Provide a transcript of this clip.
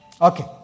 Okay